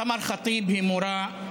סמר ח'טיב היא מורה,